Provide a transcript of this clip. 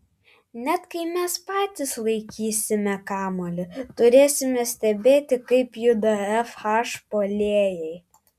net kai mes patys laikysime kamuolį turėsime stebėti kaip juda fh puolėjai